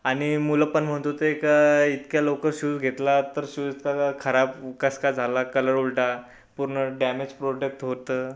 आणि मुलं पण म्हणत होते इतक्या लवकर शूज घेतला तर शूज इतका खराब कसं काय झाला कलर उडाला पूर्ण डॅमेज प्रोडक्ट होतं